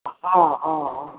हॅं हॅं हॅं